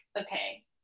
okay